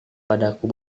padaku